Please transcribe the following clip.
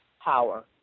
Power